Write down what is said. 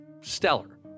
stellar